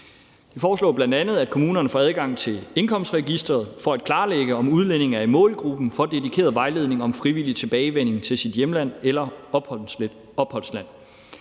De foreslår bl.a., at kommunerne får adgang til indkomstregistret for at klarlægge, om udlændinge er i målgruppen for dedikeret vejledning om frivillig tilbagevenden til deres hjemland eller opholdsland.